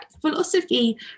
Philosophy